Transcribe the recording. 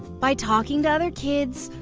by talking to other kids,